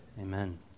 Amen